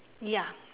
ya